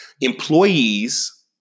Employees